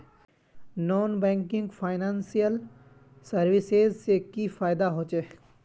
Non banking financial services से की फायदा होचे?